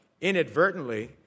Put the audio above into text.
inadvertently